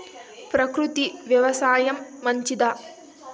ప్రకృతి వ్యవసాయం మంచిదా?